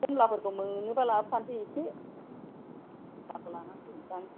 खमलाफोरखौ मोनोबा लाबोफानोसै एसे खमलाखौ लानानै फैनोसै आं